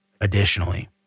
additionally